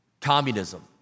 communism